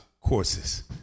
courses